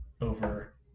over